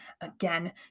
again